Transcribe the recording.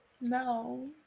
No